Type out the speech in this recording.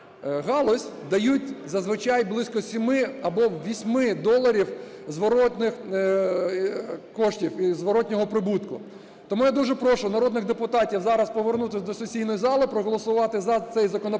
галузь, дають зазвичай близько 7 або 8 доларів зворотних коштів і зворотного прибутку. Тому я дуже прошу народних депутатів зараз повернутись до сесійної зали, проголосувати за цей законопроект.